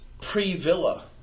pre-Villa